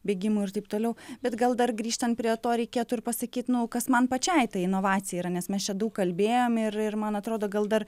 bėgimų ir taip toliau bet gal dar grįžtant prie to reikėtų ir pasakyt nu kas man pačiai ta inovacija yra nes mes čia daug kalbėjom ir ir man atrodo gal dar